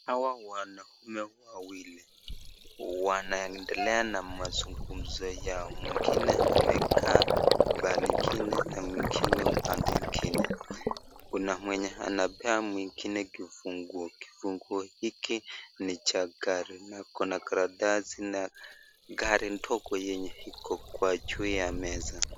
Hawa wanaume wawili wanaendelea na mazungumzo yao mwingine ameka pahali ingine na mwingine upande ingine Kuna mwenye anapea mwingine kifunguo, kifunguu hiki ni cha gari na Kuna karatasi na gari ndogo yenye Iko juu ya meza.